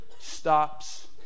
stops